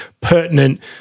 pertinent